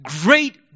great